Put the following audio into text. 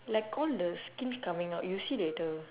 like all the skin coming out you see later